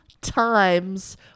times